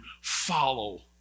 follow